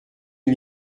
une